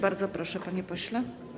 Bardzo proszę, panie pośle.